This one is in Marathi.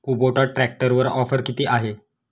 कुबोटा ट्रॅक्टरवर ऑफर किती आहे?